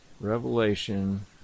Revelation